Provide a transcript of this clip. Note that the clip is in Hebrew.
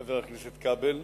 חבר הכנסת כבל,